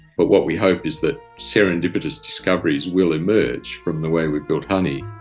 but what we hope is that serendipitous discoveries will emerge from the way we've built huni.